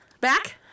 back